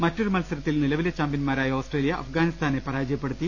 മറ്റൊരു മത്സരത്തിൽ നിലവിലെ ചാമ്പൃന്മാരായ ഓസ്ട്രേ ലിയ അഫ്ഗാനിസ്ഥാനെ പരാജയപ്പെടുത്തി